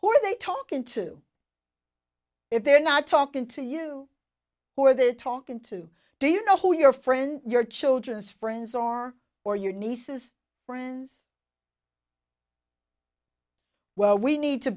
who are they talking to if they're not talking to you or they're talking to do you know who your friends your children's friends are or your nieces friends well we need to